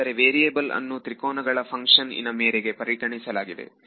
ಏಕೆಂದರೆ ವೇರಿಯಬಲ್ ಅನ್ನು ತ್ರಿಕೋನಗಳ ಫಂಕ್ಷನ್ ನ ಮೇರೆಗೆ ಪರಿಗಣಿಸಲಾಗಿದೆ